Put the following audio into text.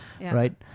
right